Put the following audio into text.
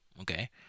okay